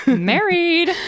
Married